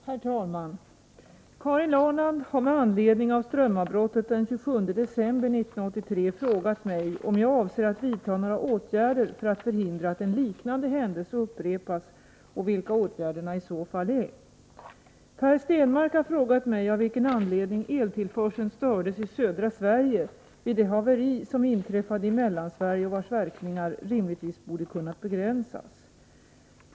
Herr talman! Karin Ahrland har med anledning av strömavbrottet den 27 december 1983 frågat mig om jag avser att vidta några åtgärder för att förhindra att en liknande händelse upprepas och vilka åtgärderna i så fall är. Per Stenmarck har frågat mig av vilken anledning eltillförseln stördes i södra Sverige vid det haveri som inträffade i Mellansverige och vars verkningar rimligtvis borde ha kunnat begränsas.